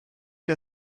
der